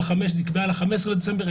היא נקבעה ל-15 בדצמבר.